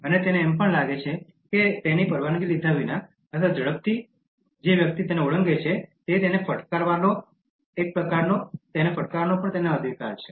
અને તેને એમ પણ લાગે છે કે તેની પરવાનગી લીધા વિના અથવા ઝડપથી જે વ્યક્તિ ઓળંગે છે તેને ફટકારવાનો તેને એક પ્રકારનો અધિકાર છે